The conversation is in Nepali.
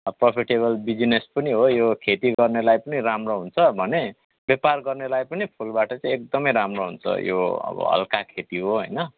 अब प्रोफिटेबल बिजनेस पनि हो यो खेती गर्नेलाई पनि राम्रो हुन्छ भने व्यापार गर्नेलाई पनि फुलबाट चाहिँ एकदमै राम्रो हुन्छ यो अब हलुका खेती हो होइन